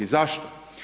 Zašto?